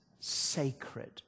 sacred